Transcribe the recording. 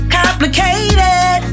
complicated